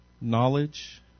knowledge